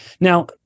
Now